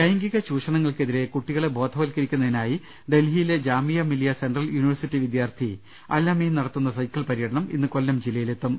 ലൈംഗിക ചൂഷണങ്ങൾക്കെതിരെ കുട്ടികളെ ബോധവത്കരിക്കുന്ന തിനായി ഡൽഹിയിലെ ജാമിയ മിലിയ സെൻട്രൽ യൂണിവേഴ്സിറ്റി വിദ്യാർഥി അൽ അമീൻ നടത്തുന്ന സൈക്കിൾ പരൃടനം ഇന്ന് കൊല്ലം ജില്ലയിലെത്തും